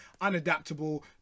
unadaptable